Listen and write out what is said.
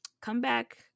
comeback